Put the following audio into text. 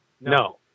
No